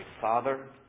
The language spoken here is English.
Father